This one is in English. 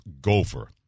gopher